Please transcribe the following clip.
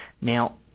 Now